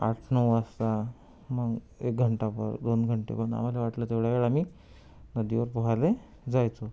आठ नऊ वाजता मग एक घंटाभर दोन घंटेभर आम्हाला वाटलं तेवढा वेळ आम्ही नदीवर पोहायला जायचो